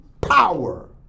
power